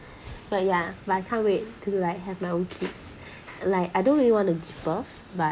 but yeah but I can't wait to like have my own kids like I don't really want to give birth but